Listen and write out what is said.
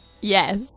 Yes